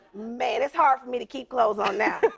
man, it's hard for me to keep clothes on now.